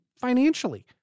financially